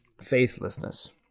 faithlessness